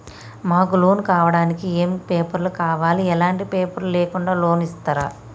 మాకు లోన్ కావడానికి ఏమేం పేపర్లు కావాలి ఎలాంటి పేపర్లు లేకుండా లోన్ ఇస్తరా?